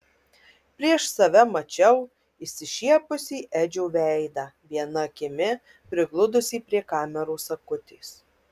prieš save mačiau išsišiepusį edžio veidą viena akimi prigludusį prie kameros akutės